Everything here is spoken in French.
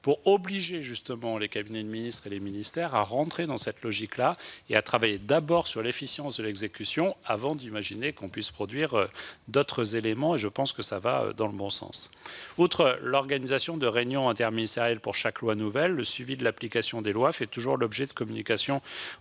pour obliger les cabinets ministériels, et les ministères, à entrer dans cette logique et à travailler d'abord sur l'efficience de l'exécution, avant d'imaginer produire de nouvelles normes. Ces pratiques vont, me semble-t-il, dans le bon sens. Outre l'organisation de réunions interministérielles pour chaque loi nouvelle, le suivi de l'application des lois fait toujours l'objet de communications